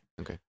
Okay